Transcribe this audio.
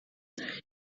esse